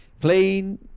Plain